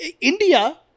India